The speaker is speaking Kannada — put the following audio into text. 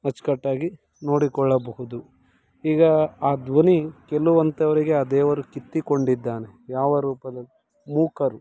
ಅಚ್ಚುಕಟ್ಟಾಗಿ ನೋಡಿಕೊಳ್ಳಬಹುದು ಈಗ ಆ ಧ್ವನಿ ಕೆಲವಂತವರಿಗೆ ಆ ದೇವರು ಕಿತ್ತು ಕೊಂಡಿದ್ದಾನೆ ಯಾವ ರೂಪದಲ್ಲಿ ಮೂಕರು